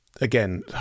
Again